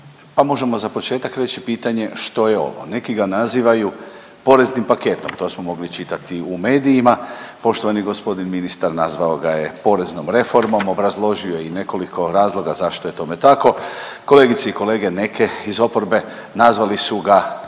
pa možemo za početak reći pitanje što je ovo? Neki ga nazivaju poreznim paketom. To smo mogli čitati u medijima. Poštovani gospodin ministar nazvao ga je poreznom reformom, obrazložio je i nekoliko razloga zašto je tome tako. Kolegice i kolege neke iz oporbe nazvali su ga